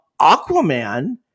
Aquaman